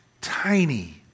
tiny